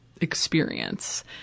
experience